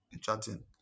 Chatting